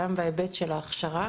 גם בהיבט של ההכשרה